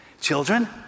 Children